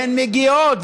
והן מגיעות,